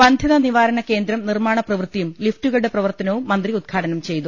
വന്ധ്യതാ നിവാരണ കേന്ദ്രം നിർമ്മാണ പ്രവൃത്തിയും ലിഫ്റ്റുകളുടെ പ്രവർത്തനവും മന്ത്രി ഉദ്ഘാടനം ചെയ്തു